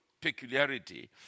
peculiarity